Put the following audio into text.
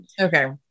Okay